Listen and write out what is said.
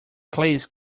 please